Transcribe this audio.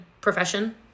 profession